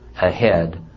ahead